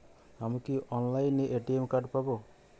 আমি কি অনলাইনে এ.টি.এম কার্ড পাব?